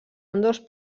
ambdós